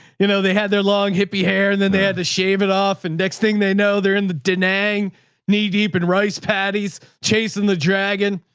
you know, they had their long hippy hair and then they had to shave it off. and next thing they know they're in the denang knee, deep and rice patties chasing the dragon.